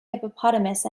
hippopotamus